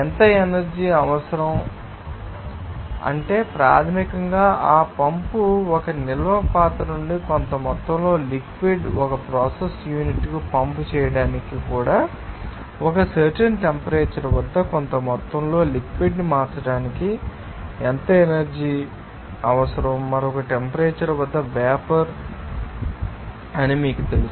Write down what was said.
ఎంత ఎనర్జీ అవసరం లేదా ఎనర్జీ అవసరం అంటే ప్రాథమికంగా ఆ పంపు ఒక నిల్వ పాత్ర నుండి కొంత మొత్తంలో లిక్విడ్ ాన్ని ఒక ప్రాసెస్ యూనిట్కు పంప్ చేయడానికి కూడా ఒక సర్టెన్ టెంపరేచర్ వద్ద కొంత మొత్తంలో లిక్విడ్ ాన్ని మార్చడానికి ఎంత ఎనర్జీ అవసరం మరొక టెంపరేచర్ వద్ద వేపర్ అని మీకు తెలుసు